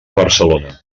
barcelona